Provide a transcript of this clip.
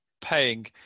paying